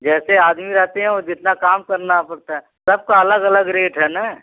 जैसे आदमी रहते हैं और जितना काम करना पड़ता है सबका अलग अलग रेट है ना